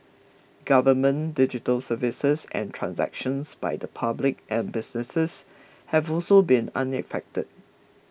government digital services and transactions by the public and businesses have also been unaffected